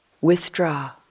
withdraw